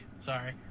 sorry